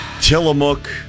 Tillamook